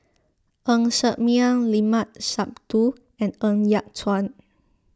Ng Ser Miang Limat Sabtu and Ng Yat Chuan